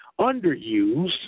underused